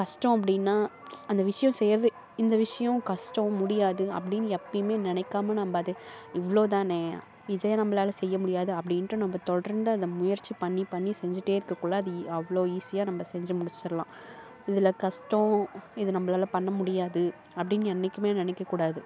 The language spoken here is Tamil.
கஷ்டம் அப்படின்னா அந்த விஷயம் செய்கிறது இந்த விஷயம் கஷ்டம் முடியாது அப்படின்னு எப்பையுமே நினைக்காம நம்ம அதை இவ்வளோதானே இதே நம்மளால செய்ய முடியாது அப்படின்ட்டு நம்ம தொடர்ந்து அதை முயற்சி பண்ணி பண்ணி செஞ்சுட்டே இருக்கக்குள்ளே அது அவ்வளோ ஈஸியாக நம்ம செஞ்சு முடிச்சிடலாம் இதில் கஷ்டம் இது நம்மளால பண்ண முடியாது அப்படின்னு என்றைக்குமே நினைக்கக்கூடாது